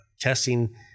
testing